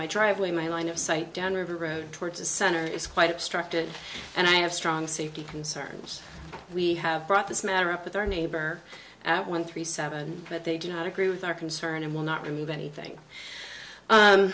my driveway my line of sight down river road towards the center is quite obstructed and i have strong safety concerns we have brought this matter up with our neighbor at one three seven but they do not agree with our concern and will not remove anything